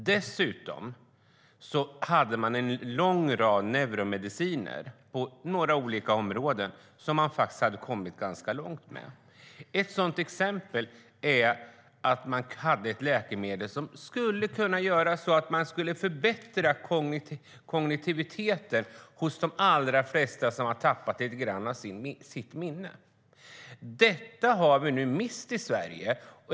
Dessutom hade man en lång rad neuromediciner inom olika områden som man hade kommit ganska långt med. Ett sådant exempel är ett läkemedel som skulle kunna förbättra kognitionen hos de allra flesta som har tappat lite av sitt minne. Detta har vi nu mist i Sverige.